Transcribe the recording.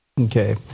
Okay